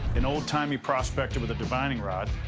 an old timely prospector with a divining rod,